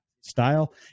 style